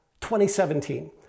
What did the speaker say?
2017